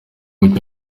kuki